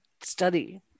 study